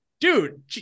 dude